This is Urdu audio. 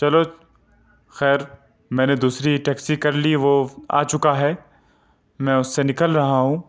چلو خیر میں نے دوسری ٹیکسی کر لی وہ آ چکا ہے میں اس سے نکل رہا ہوں